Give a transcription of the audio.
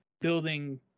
building